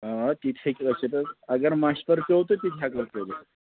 آ تِتہِ ہٮ۪کہِ ٲسِتھ حظ اگر مَشوَر پیوٚو تہٕ تِتہِ ہٮ۪کو کٔرِتھ